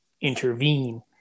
intervene